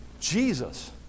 Jesus